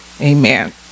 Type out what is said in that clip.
Amen